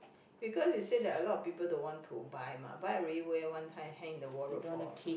because you say that a lot of people don't want to buy mah buy already wear one time hang in the wardrobe for